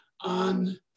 on